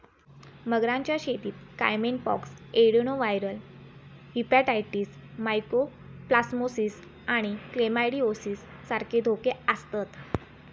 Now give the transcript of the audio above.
मगरांच्या शेतीत caiman pox, adenoviral hepatitis, mycoplasmosis आणि क्लेमायडिओसिस सारखे धोके आसतत